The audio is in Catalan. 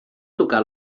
tocar